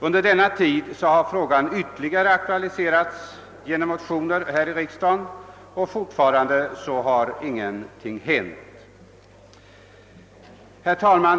Under denna tid har frågan ytterligare aktualiserats genom motioner här i riksdagen, men fortfarande har ingenting hänt. Herr talman!